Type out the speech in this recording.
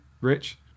Rich